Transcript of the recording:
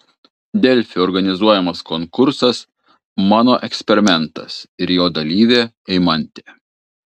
delfi organizuojamas konkursas mano eksperimentas ir jo dalyvė eimantė